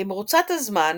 במרוצת הזמן